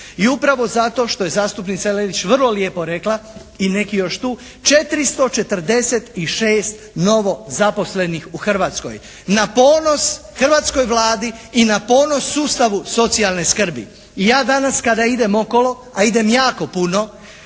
i upravo zato što je zastupnica Lelić vrlo lijepo rekla i neki još tu 446 novo zaposlenih u Hrvatskoj na ponos hrvatskoj Vladi i na ponos sustavu socijalne skrbi. I ja danas kada idem okolo a idem jako puno